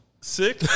sick